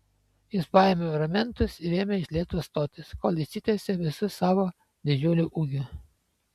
jis paėmė ramentus ir ėmė iš lėto stotis kol išsitiesė visu savo didžiuliu ūgiu